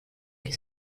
chi